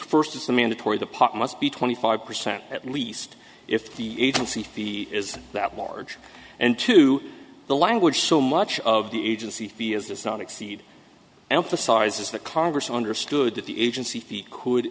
first is the mandatory the pot must be twenty five percent at least if the agency fee is that large and to the language so much of the agency fee is does not exceed emphasizes that congress understood that the agency